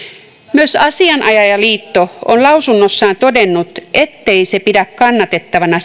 myös asianajajaliitto on lausunnossaan todennut ettei se pidä kannatettavana